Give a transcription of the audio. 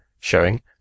showing